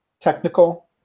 technical